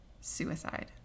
suicide